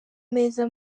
meza